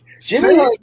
Jimmy